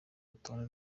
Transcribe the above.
rutonde